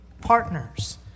partners